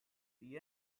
the